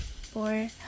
four